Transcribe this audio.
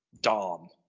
Dom